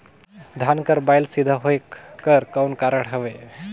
धान कर बायल सीधा होयक कर कौन कारण हवे?